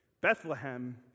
Bethlehem